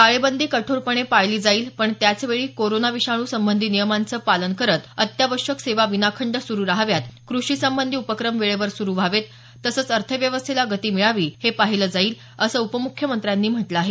टाळेबंदी कठोरपणे पाळली जाईल पण त्याच वेळी कोरोना विषाणू संबंधी नियमांचं पालन करत अत्यावश्यक सेवा विनाखंड सुरू रहाव्यात क्रषी संबंधी उपक्रम वेळेवर सुरू व्हावेत तसंच अर्थव्यवस्थेला गती मिळावी हे पाहिलं जाईल असं उपमुख्यमंत्र्यांनी म्हटलं आहे